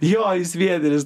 jo jis vietinis